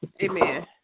Amen